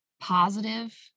positive